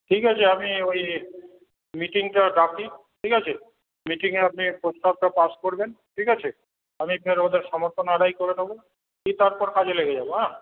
ঠিক আছে আমি ওই মিটিংটা ডাকি ঠিক আছে মিটিংয়ে আপনি প্রস্তাবটা পাশ করবেন ঠিক আছে আমি ফের ওদের সমর্থন আদায় করে নেব দিয়ে তারপর কাজে লেগে যাব হ্যাঁ